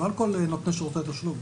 לא על כל נותני שירותי תשלום.